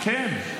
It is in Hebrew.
כן.